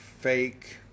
fake